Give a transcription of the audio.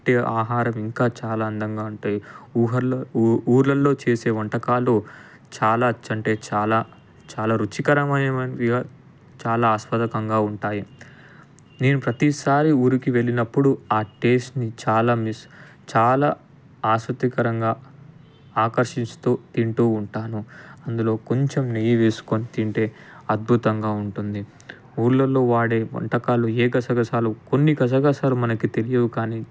ఆహారం ఇంకా చాలా అందంగా ఉంటాయి ఊహల్లో ఊళ్ళల్లో చేసే వంటకాలు చాలా అంటే చాలా చాలా రుచికరమైన చాలా ఆస్వాదకంగా ఉంటాయి నేను ప్రతిసారి ఊరికి వెళ్ళినప్పుడు ఆ టేస్ట్ని చాలా మిస్ చాలా ఆసక్తికరంగా ఆకర్షిస్తూ తింటూ ఉంటాను అందులో కొంచెం నెయ్యి వేసుకుని తింటే అద్భుతంగా ఉంటుంది ఊళ్ళల్లో వాడే వంటకాలు ఏ గసగసాలు కొన్ని గసగసాలు మనకి తెలియవు కానీ